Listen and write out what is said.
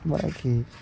మనకి